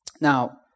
Now